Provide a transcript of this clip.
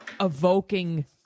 evoking